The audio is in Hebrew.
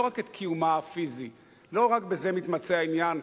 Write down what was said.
לא רק בזה מתמצה העניין.